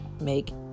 make